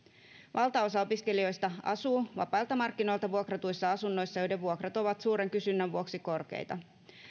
valtaosa opiskelijoista asuu vapailta markkinoilta vuokratuissa asunnoissa joiden vuokrat ovat suuren kysynnän vuoksi korkeita